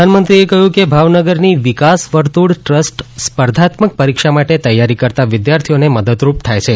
પ્રધાનમંત્રીએ કહ્યું હતું કે ભાવનગરની વિકાસ વર્તુળ ટ્રસ્ટ સ્પર્ધાત્મક પરીક્ષા માટે તૈયારી કરતા વિદ્યાર્થીઓને મદદરૂપ થાય છે